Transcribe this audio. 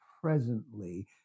presently